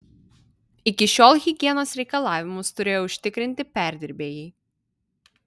iki šiol higienos reikalavimus turėjo užtikrinti perdirbėjai